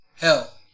hell